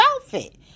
outfit